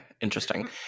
interesting